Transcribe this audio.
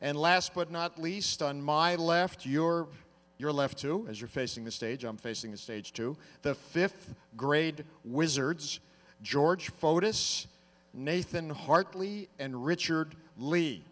and last but not least on my left your your left to as you're facing the stage on facing the stage to the fifth grade wizards george fotis nathan hartley and richard lee